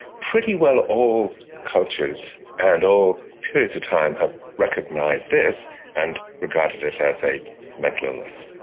pretty well all cultures and all periods of time have recognised this and regarded it as a mental illness.